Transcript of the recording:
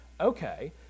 Okay